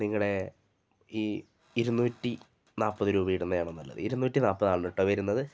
നിങ്ങളുടെ ഈ ഇരുന്നൂറ്റി നാൽപ്പത് രൂപ ഇടുന്നതാണോ നല്ലത് ഇരുന്നൂറ്റി നാൽപ്പത് ആണ് കേട്ടോ വരുന്നത്